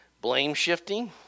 blame-shifting